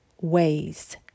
ways